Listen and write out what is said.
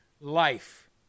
life